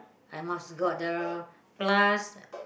I must got the plus